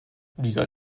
dieser